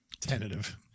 tentative